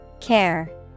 care